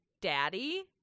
daddy